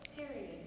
period